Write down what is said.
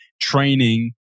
training